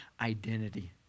identity